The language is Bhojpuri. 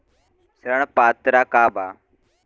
ऋण पात्रता का बा?